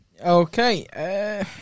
Okay